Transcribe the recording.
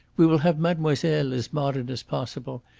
we will have mademoiselle as modern as possible,